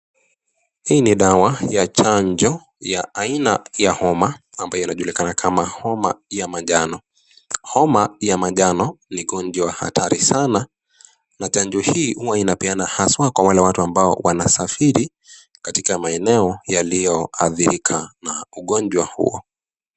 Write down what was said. Hii ni dawa ya chanjo ya aina ya homa ambayo inayojulikana kama homa ya manjano. Homa ya manjano ni gonjwa hatari sana na chanjo hii huwa inapeana haswa kwa watu ambao wanasafiri katika maeneo yaliyoadhirika na ugonjwa huo.